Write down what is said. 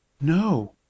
no